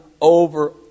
over